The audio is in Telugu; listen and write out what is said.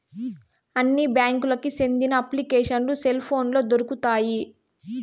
అన్ని బ్యాంకులకి సెందిన అప్లికేషన్లు సెల్ పోనులో దొరుకుతాయి